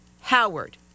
Howard